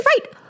right